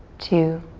two,